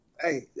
hey